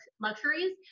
luxuries